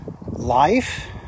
life